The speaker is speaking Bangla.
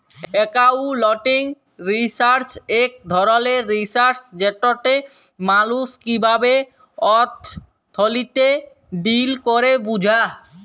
একাউলটিং রিসার্চ ইক ধরলের রিসার্চ যেটতে মালুস কিভাবে অথ্থলিতিতে ডিল ক্যরে বুঝা